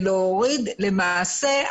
ולהוריד למעשה,